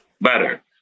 better